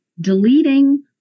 deleting